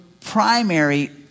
primary